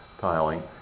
tiling